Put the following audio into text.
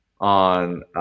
on